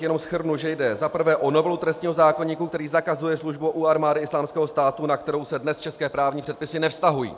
Jenom shrnu, že jde za prvé o novelu trestního zákoníku, který zakazuje službu u armády Islámského státu, na kterou se dnes české právní předpisy nevztahují.